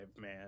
man